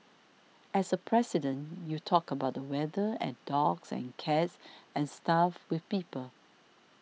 as a President you talk about the weather and dogs and cats and stuff with people